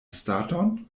staton